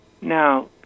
now